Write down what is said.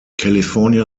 california